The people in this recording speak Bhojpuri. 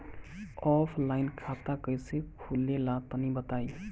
ऑफलाइन खाता कइसे खुलेला तनि बताईं?